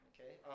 Okay